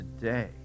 today